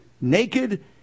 naked